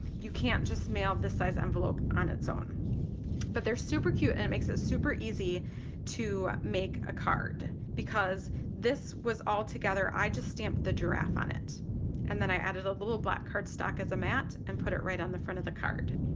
you can't just mail this size envelope on its own but they're super cute and it makes it super easy to make a card because this was all together i just stamped the giraffe on it and then i added a little black cardstock as a mat and put it right on the front of the card.